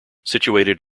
situated